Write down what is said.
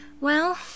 Well